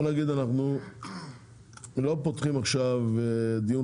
בוא נגיד אנחנו לא פותחים עכשיו דיון